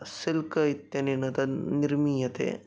silk इत्यनेन तद् निर्मीयते